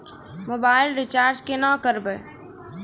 Mobile recharge केना करबै?